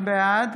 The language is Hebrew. בעד